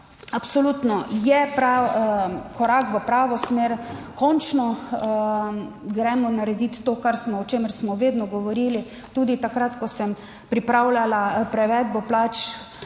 absolutno je pravi korak v pravo smer. Končno bomo naredili to, o čemer smo vedno govorili. Tudi takrat, ko sem pripravljala prevedbo plač